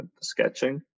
sketching